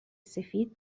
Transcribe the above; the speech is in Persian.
سفید